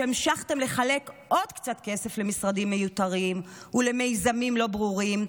כשהמשכתם לחלק עוד קצת כסף למשרדים מיותרים ולמיזמים לא ברורים,